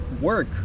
work